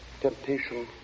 temptation